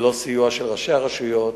ללא סיוע של ראשי הרשויות,